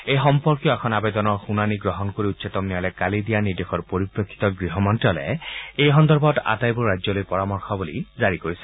এই সম্পৰ্কীয় এখন আৱেদনৰ শুনানি গ্ৰহণ কৰি উচ্চতম ন্যায়ালয়ে কালি দিয়া নিৰ্দেশৰ পৰিপ্ৰেক্ষিতত গৃহ মন্ত্যালয়ে আটাইবোৰ ৰাজ্যলৈ পৰামৰ্শৱলী জাৰি কৰিছে